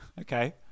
Okay